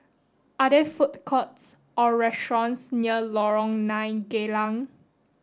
are there food courts or restaurants near Lorong Nine Geylang